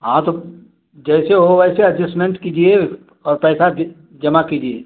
हाँ तो जैसे हो वैसे ऐडजस्टमेंट कीजिए और पैसा दे जमा कीजिए